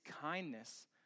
kindness